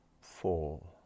Four